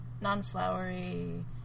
non-flowery